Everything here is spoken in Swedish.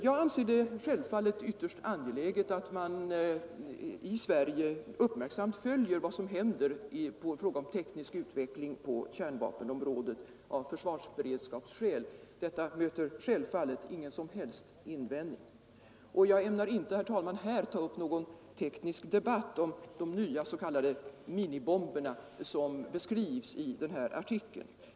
Jag anser det självfallet ytterst angeläget att man i Sverige uppmärksamt följer vad som händer i fråga om teknisk utveckling på kärnvapenområdet av försvarsberedskapsskäl — detta möter självfallet ingen som helst invändning. Och jag ämnar inte, herr talman, här ta upp någon teknisk debatt om de nya s.k. minibomberna som beskrivs i den här artikeln.